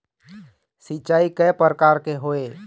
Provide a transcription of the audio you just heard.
सिचाई कय प्रकार के होये?